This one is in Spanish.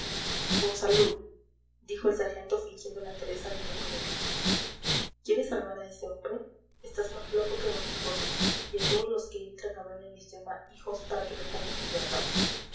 monsalud dijo el sargento fingiendo la entereza de un hombre de bien quieres salvar a ese hombre está más loco que d quijote y a todos los que entran a verle les llama hijos para que le pongan en libertad